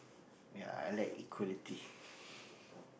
ya I like equality